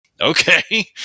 okay